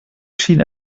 schien